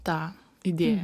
tą idėją